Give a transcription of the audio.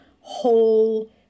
whole